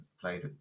Played